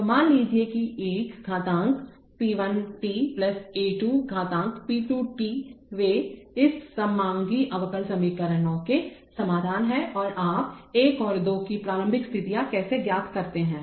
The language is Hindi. तो मान लीजिए कि एक घातांक p 1 t a 2 घातांक p 2 t वे इस समांगी अवकल समीकरणों के समाधान हैं और आप 1 और 2 की प्रारंभिक स्थिति कैसे ज्ञात करते हैं